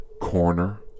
Corner